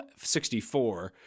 64